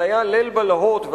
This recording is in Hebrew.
זה היה ליל בלהות,